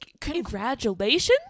congratulations